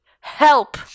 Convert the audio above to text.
Help